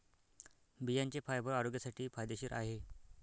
बियांचे फायबर आरोग्यासाठी फायदेशीर आहे